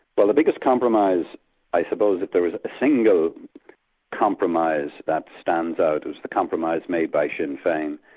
well the biggest compromise i suppose if there is a single compromise that stands out, is the compromise made by sinn fein,